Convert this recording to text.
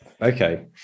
okay